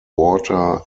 water